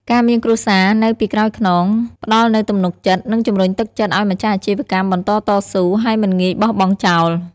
ការមានគ្រួសារនៅពីក្រោយខ្នង ផ្តល់នូវទំនុកចិត្ត និងជំរុញទឹកចិត្តឲ្យម្ចាស់អាជីវកម្មបន្តតស៊ូ ហើយមិនងាយបោះបង់ចោល។